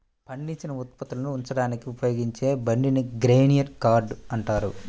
పండించిన ఉత్పత్తులను ఉంచడానికి ఉపయోగించే బండిని గ్రెయిన్ కార్ట్ అంటారు